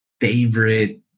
favorite